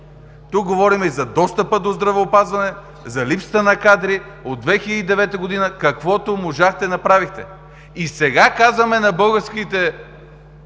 Тук говорим и за достъпа до здравеопазване, за липсата на кадри. От 2009 г. каквото можахте, направихте. И сега казваме на българските